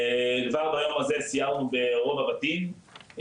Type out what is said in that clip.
כבר ביום הזה סיירנו ברוב הבתים,